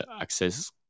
access